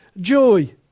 joy